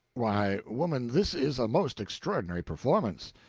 why, woman, this is a most extraordinary performance.